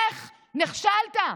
לך, נכשלת.